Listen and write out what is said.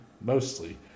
mostly